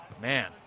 Man